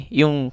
yung